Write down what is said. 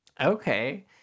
Okay